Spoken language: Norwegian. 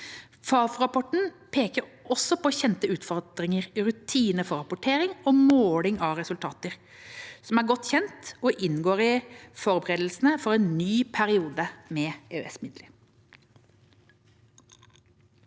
Fafo-rapporten peker også på kjente utfordringer: rutiner for rapportering og måling av resultater. De er godt kjent og inngår i forberedelsene for en ny periode med EØS-midler.